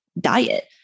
diet